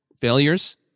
failures